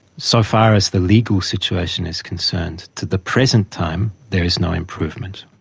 so far as the legal situation is concerned, to the present time there is no improvement.